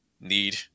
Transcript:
need